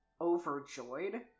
overjoyed